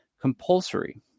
compulsory